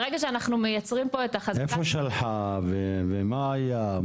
איך היא שלחה ומה היה?